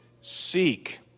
seek